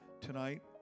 tonight